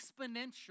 exponential